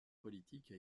politique